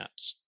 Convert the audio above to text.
apps